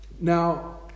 Now